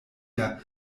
der